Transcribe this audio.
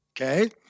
Okay